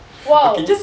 !wow!